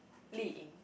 Li-Ying